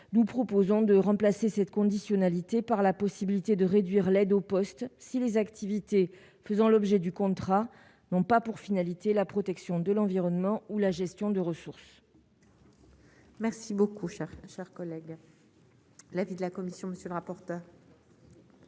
nous proposons de remplacer cette conditionnalité par la possibilité de réduire l'aide au poste si les activités faisant l'objet du contrat n'ont pas pour finalité la protection de l'environnement ou la gestion de ressources. Merci beaucoup, cher chers collègue l'avis de la commission, monsieur le rapporteur.